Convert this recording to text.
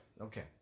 Okay